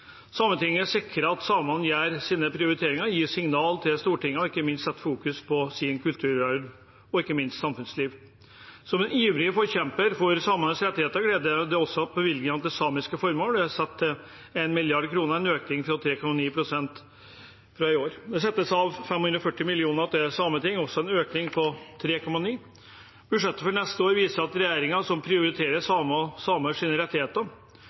at samene gjør sine prioriteringer, gir signaler til Stortinget og ikke minst fokuserer på sin kulturarv og sitt samfunnsliv. Som en ivrig forkjemper for samenes rettigheter gleder det meg at bevilgningene til samiske formål er satt til 1 mrd. kr, en økning på 3,9 pst. fra i år. Det settes av 540 mill. kr til Sametinget, også det en økning på 3,9 pst. Budsjettet for neste år viser at regjeringen prioriterer samer og samers rettigheter.